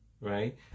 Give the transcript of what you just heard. right